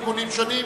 תיקונים שונים),